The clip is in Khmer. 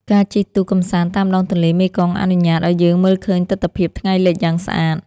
ការជិះទូកកម្សាន្តតាមដងទន្លេមេគង្គអនុញ្ញាតឱ្យយើងមើលឃើញទិដ្ឋភាពថ្ងៃលិចយ៉ាងស្អាត។